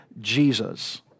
Jesus